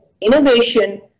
innovation